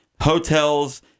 hotels